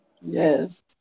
Yes